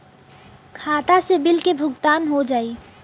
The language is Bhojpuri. खाता से बिल के भुगतान हो जाई?